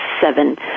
seven